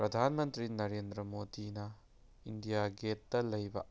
ꯄ꯭ꯔꯗꯥꯟ ꯃꯟꯇ꯭ꯔꯤ ꯅꯔꯦꯟꯗ꯭ꯔ ꯃꯣꯗꯤꯅ ꯏꯟꯗꯤꯌꯥ ꯒꯦꯠꯇ ꯂꯩꯕ